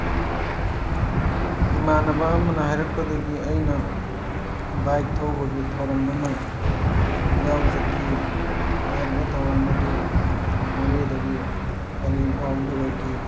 ꯏꯃꯥꯟꯅꯕ ꯑꯃꯅ ꯍꯥꯏꯔꯛꯄꯗꯒꯤ ꯑꯩꯅ ꯕꯥꯏꯛ ꯊꯧꯕꯒꯤ ꯊꯧꯔꯝ ꯑꯃ ꯌꯥꯎꯖꯈꯤ ꯍꯥꯏꯔꯤꯕ ꯊꯧꯔꯝ ꯑꯗꯨ ꯃꯣꯔꯦꯗꯒꯤ ꯄꯂꯦꯜ ꯐꯥꯎꯕꯒꯤ ꯑꯣꯏꯈꯤ